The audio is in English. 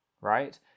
right